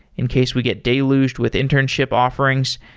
in case we get dale oozed with internship offerings.